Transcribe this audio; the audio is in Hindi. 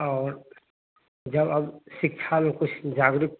और जब अब शिक्षा में कुछ जागरुक